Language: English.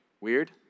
Weird